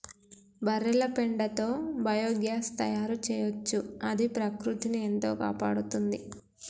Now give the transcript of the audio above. బర్రెల పెండతో బయోగ్యాస్ తయారు చేయొచ్చు అది ప్రకృతిని ఎంతో కాపాడుతుంది